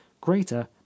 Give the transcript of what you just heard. greater